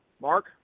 Mark